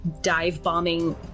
dive-bombing